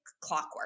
clockwork